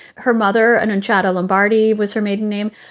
her mother and in shadow lombardi was her maiden name.